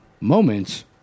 moments